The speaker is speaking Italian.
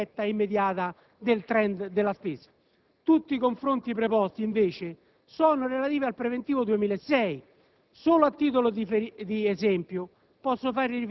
poiché solo così si avrebbe una percezione diretta e immediata del *trend* di spesa. Tutti i confronti proposti, invece, sono relativi al preventivo 2006.